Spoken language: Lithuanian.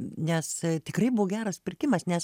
nes tikrai buvo geras pirkimas nes